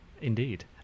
Indeed